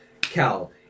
Cal